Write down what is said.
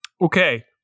Okay